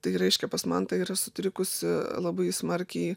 tai reiškia pas mantą yra sutrikusi labai smarkiai